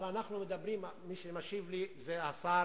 אבל אנחנו מדברים, מי שמשיב לי זה השר